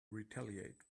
retaliate